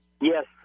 Yes